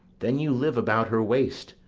then you live about her waist,